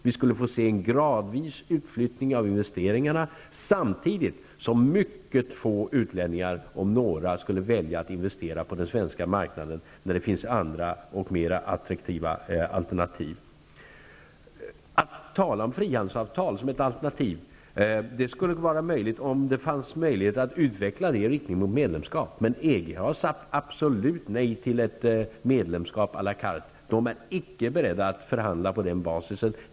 Vi skulle få se en gradvis utflyttning av investeringarna, samtidigt som mycket få -- om några -- utlänningar skulle välja att investera på den svenska marknaden när det finns andra och mer attraktiva alternativ. Det skulle vara möjligt att tala om ett frihandelsavtal som ett alternativ om det fanns möjligheter att utveckla frihandelsavtalet i riktning mot medlemskap. Men EG har sagt absolut nej till ett medlemskap à la carte. Man är icke beredd att förhandla på denna basis.